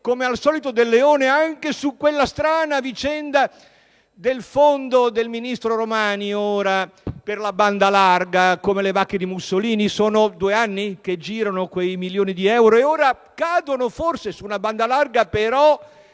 come al solito, del leone anche su quella strana vicenda del fondo del ministro Romani per la banda larga (come le "vacche di Mussolini"); sono due anni che girano quei milioni di euro e ora cadono forse su una banda larga